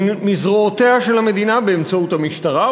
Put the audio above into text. מזרועותיה של המדינה באמצעות המשטרה,